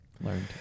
learned